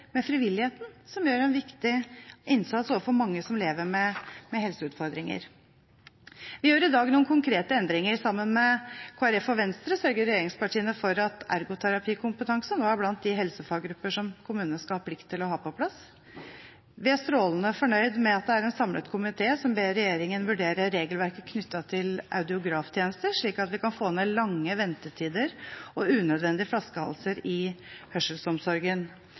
med frivilligheten som gjør en viktig innsats overfor mange som lever med helseutfordringer. Vi gjør i dag noen konkrete endringer. Sammen med Kristelig Folkeparti og Venstre sørger regjeringspartiene for at ergoterapikompetanse nå er blant de helsefaggrupper som kommunene skal ha plikt til å ha på plass. Vi er strålende fornøyd med at det er en samlet komité som ber regjeringen vurdere regelverket knyttet til audiograftjenester, slik at vi kan få ned lange ventetider og unødvendige flaskehalser i hørselsomsorgen.